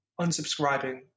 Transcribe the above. unsubscribing